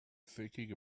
thinking